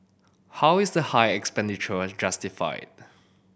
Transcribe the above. how is the high expenditure justified